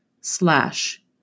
slash